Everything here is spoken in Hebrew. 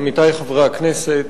עמיתי חברי הכנסת,